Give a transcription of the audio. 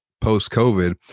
post-COVID